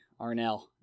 Arnell